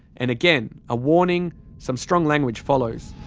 and again, a warning, some strong language follows